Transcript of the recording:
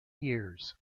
years